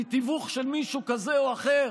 מתיווך של מישהו כזה אחר?